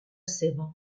seva